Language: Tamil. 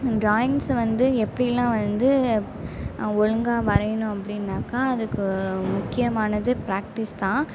ட்ராயிங்ஸ்சை வந்து எப்படியெல்லாம் வந்து ஒழுங்காக வரையணும் அப்படினாக்கா அதுக்கு முக்கியமானது பிராக்டிஸ் தான்